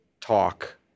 talk